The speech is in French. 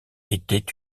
étaient